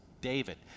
David